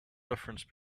difference